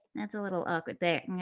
that's a little awkward there.